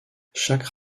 chaque